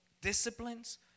disciplines